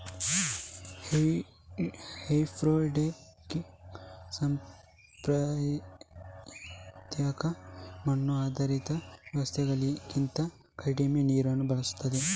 hydroponics ಸಾಂಪ್ರದಾಯಿಕ ಮಣ್ಣು ಆಧಾರಿತ ವ್ಯವಸ್ಥೆಗಳಿಗಿಂತ ಕಡಿಮೆ ನೀರನ್ನ ಬಳಸ್ತದೆ